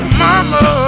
mama